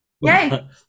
Yay